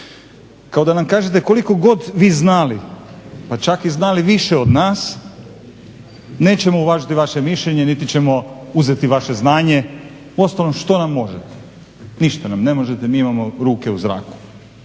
Kao da nam kažete koliko god vi znali, pa čak i znali više od nas nećemo uvažiti vaše mišljenje, niti ćemo uzeti vaše znanje. Uostalom, što nam možete, ništa nam ne možete mi imamo ruke u zraku.